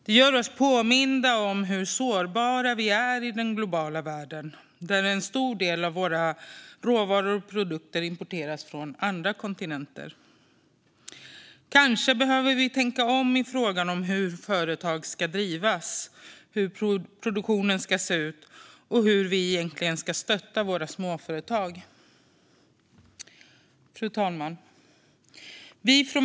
Vi blir påminda om hur sårbara vi är i den globala världen, där en stor del av våra råvaror och produkter importeras från andra kontinenter. Kanske behöver vi tänka om i frågan om hur företag ska drivas, hur produktionen ska se ut och hur vi egentligen ska stötta våra småföretag.